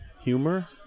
humor